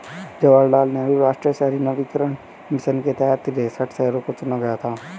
जवाहर लाल नेहरू राष्ट्रीय शहरी नवीकरण मिशन के तहत तिरेसठ शहरों को चुना गया था